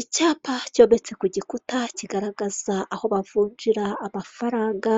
Imodoka yu'mweru iri mu muhanda wumukara ifite amapine y'umukara, iri mu mabara yu'mweru ndetse